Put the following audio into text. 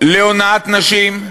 להונאת נשים,